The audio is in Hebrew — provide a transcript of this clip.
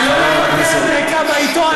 ולא לכותרת ריקה בעיתון,